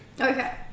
Okay